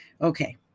Okay